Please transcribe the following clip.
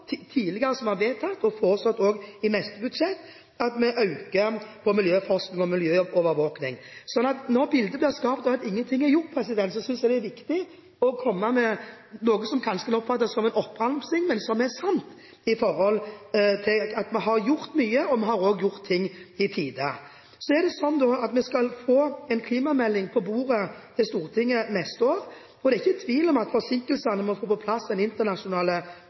miljøovervåkning. Så når bildet blir skapt av at ingenting er gjort, synes jeg det er viktig å komme med noe som kanskje blir oppfattet som en oppramsing, men som er sant når det gjelder at vi har gjort mye. Vi har også gjort ting i tide. Så er det sånn at vi skal få en klimamelding på bordet til Stortinget neste år. Det er ikke tvil om at forsinkelsene med å få på plass en internasjonal klimaavtale, finanskrisen i Europa og utviklingen i kvoteprisen med all tydelighet viser at dette kommer til å bli utfordrende. Uansett er jeg overbevist om at med den